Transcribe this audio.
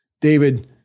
David